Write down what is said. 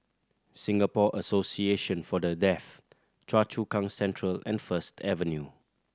Singapore Association For The Deaf Choa Chu Kang Central and First Avenue